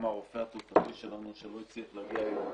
גם הרופא התעופתי שלנו שלא הצליח להגיע היום